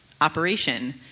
Operation